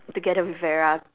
together with Vera